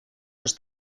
los